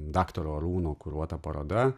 daktaro arūno kuruota paroda